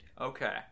Okay